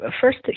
First